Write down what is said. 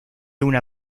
una